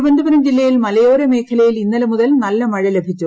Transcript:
തിരുവനന്തപുരം ജില്ലയിൽ മലയോരമേഖലയിൽ ഇന്നലെ മുതൽ നല്ല മഴ ലഭിച്ചു